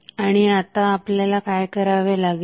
आणि आता आपल्याला काय करावे लागेल